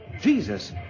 Jesus